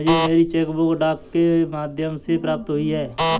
मुझे मेरी cheque book डाक के माध्यम से प्राप्त हुई है